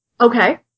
Okay